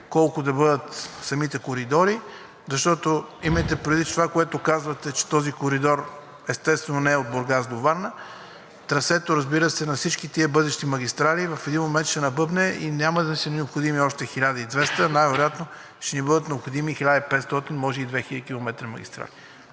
колко да бъдат самите коридори. Защото имайте предвид, че това, което казвате – че този коридор, естествено, не е от Бургас до Варна, трасето, разбира се, на всички тези бъдещи магистрали в един момент ще набъбне и няма да са необходими още 1200, а най-вероятно ще ни бъдат необходими 1500, може и 2000 км магистрали.